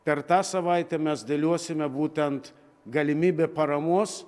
per tą savaitę mes dėliosime būtent galimybę paramos